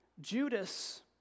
Judas